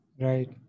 Right